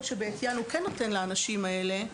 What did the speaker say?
שבעטיין הוא כן נותן לאנשים האלה,